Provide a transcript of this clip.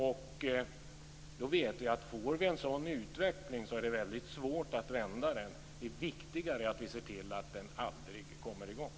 Om vi får en sådan utveckling är det väldigt svårt att vända den. Det är viktigt att se till att den aldrig kommer i gång.